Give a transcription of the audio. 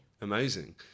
Amazing